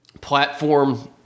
platform